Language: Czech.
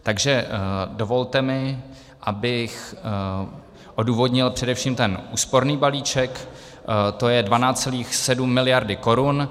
Takže dovolte mi, abych odůvodnil především ten úsporný balíček, to je 12,7 mld. korun.